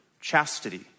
chastity